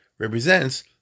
represents